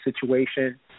situation